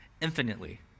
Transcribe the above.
infinitely